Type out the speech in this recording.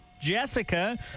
Jessica